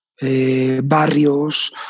Barrios